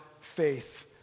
faith